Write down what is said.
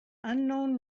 unknown